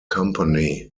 company